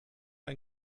ein